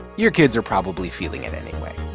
your kids are probably feeling it anyway.